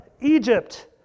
Egypt